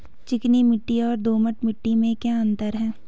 चिकनी मिट्टी और दोमट मिट्टी में क्या अंतर है?